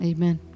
Amen